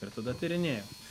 ir tada tyrinėjam